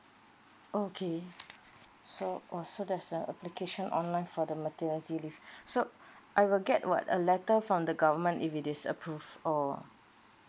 okay so oh so there's a application online for the maternity leave so I will get what a letter from the government if it is approved or